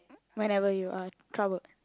whatever you are troubled